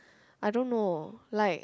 I don't know like